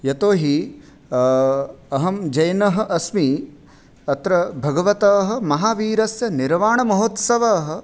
यतोहि अहं जैनः अस्मि अत्र भगवतः महावीरस्य निर्वाणमहोत्सवः